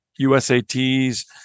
USAT's